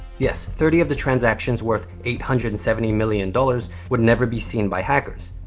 yes, thirty of the transactions, worth eight hundred and seventy million dollars, would never be seen by hackers,